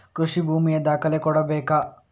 ಕೃಷಿ ಭೂಮಿಯ ದಾಖಲೆ ಕೊಡ್ಬೇಕಾ?